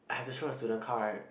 I have to show my student card